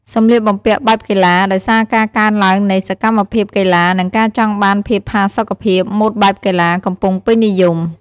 សម្លៀកបំពាក់បែបកីឡាឋ ដោយសារការកើនឡើងនៃសកម្មភាពកីឡា និងការចង់បានភាពផាសុកភាព ម៉ូដបែបកីឡាកំពុងពេញនិយម។